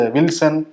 Wilson